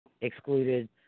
excluded